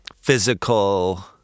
physical